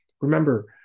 Remember